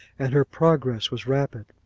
and her progress was rapid.